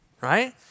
right